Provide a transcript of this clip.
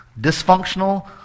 dysfunctional